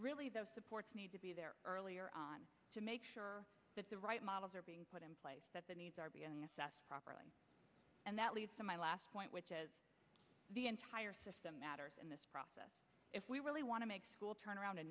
really the supports need to be there earlier on to make sure that the right models are being put in place that the needs are being assessed properly and that leads to my last point which is the entire system matters in this process if we really want to make school turn around a